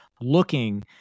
looking